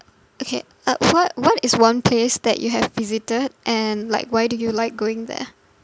okay uh what what is one place that you have visited and like why do you like going there